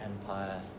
Empire